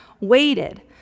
waited